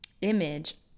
image